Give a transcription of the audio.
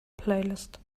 playlist